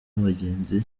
abagenzi